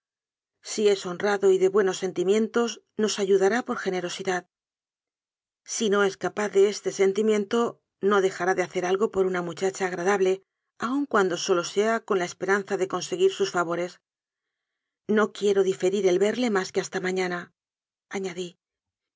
si es honrado y de buenos senti mientos nos ayudará por generosidad si no es capaz de este sentimiento no dejará de hacer algo por una muchacha agradable aun cuando sólo sea con la esperanza de conseguir sus favores no quiero diferir el verle más que hasta mañana añadí